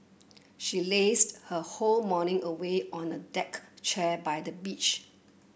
she lazed her whole morning away on a deck chair by the beach